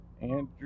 Andrew